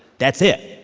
that's it.